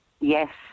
Yes